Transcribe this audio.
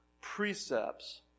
precepts